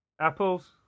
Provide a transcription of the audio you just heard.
Apples